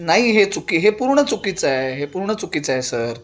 नाही हे चुकी हे पूर्ण चुकीचं आहे हे पूर्ण चुकीचं आहे सर